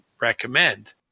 recommend